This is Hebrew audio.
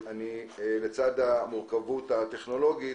ולצד המורכות הטכנולוגית